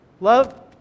Love